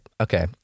Okay